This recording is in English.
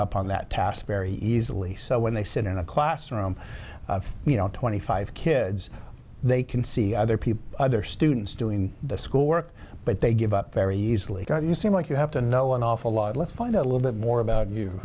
up on that task very easily so when they sit in a classroom you know twenty five kids they can see other people other students doing the school work but they give up very easily got you seem like you have to know an awful lot let's find out a little bit more about you